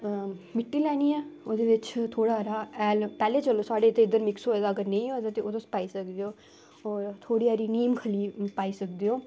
मिट्टी लैनी ऐ ओह्दे बिच्च थोह्ड़ा हारा हैल पैह्ले चलो साढ़े ते इद्धर मिक्स होए दा अगर नेईं होए दा ते ओह् तुस पाई सकदे ओ होर थोह्ड़ी हारी नीम खली पाई सकदे ओ